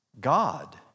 God